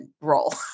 role